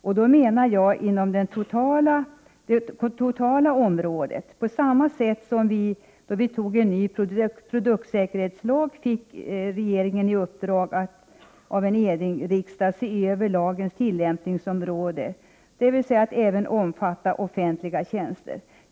Jag avser då det totala området, på samma sätt som när vi antog en ny produktsäkerhetslag och regeringen fick i uppdrag av en enig riksdag att se över lagens tillämpningsområden, dvs. att den skull omfatta även offentliga tjänster.